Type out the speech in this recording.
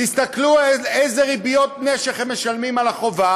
תסתכלו איזה ריביות נשך הם משלמים על החובה